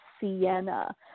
sienna